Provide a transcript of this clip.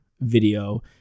video